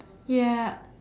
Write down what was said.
ya